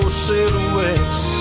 silhouettes